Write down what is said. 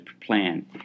plan